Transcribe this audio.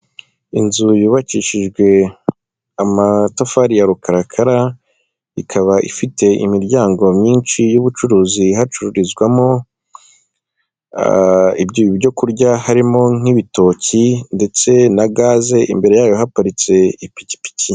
Inzu yubakishijwe amatafari ya rukarakara, ikaba ifite imiryango myinshi y'ubucuruzi, hacururizwamo ibyo kurya, harimo nk'ibitoki ndetse na gaze, imbere yayo haparitse ipikipiki.